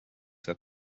that